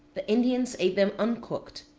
the indians ate them uncooked.